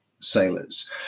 sailors